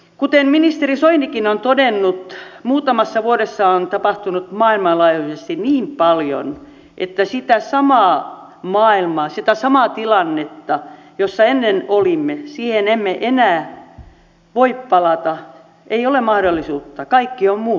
kuten ministeri soinikin on todennut muutamassa vuodessa on tapahtunut maailmanlaajuisesti niin paljon että siihen samaan maailmaan siihen samaan tilanteeseen jossa ennen olimme emme enää voi palata ei ole mahdollisuutta kaikki on muuttunut